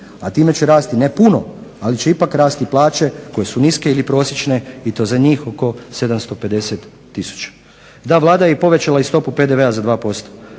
a time će rasti ne puno ali će ipak rasti plaće koje su niske ili prosječne i to za njih oko 750000. Ta Vlada je i povećala stopu PDV-a za 2%.